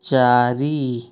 ଚାରି